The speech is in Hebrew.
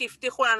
החשמל,